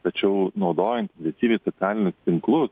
tačiau naudojant intensyviai socialinius tinklus